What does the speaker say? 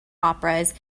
operas